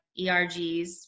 ERGs